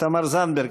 תמר זנדברג.